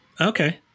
Okay